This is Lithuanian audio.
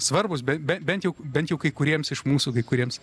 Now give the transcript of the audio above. svarbūs bei bet juk bent jau kai kuriems iš mūsų kai kuriems